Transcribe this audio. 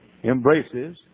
embraces